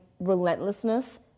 relentlessness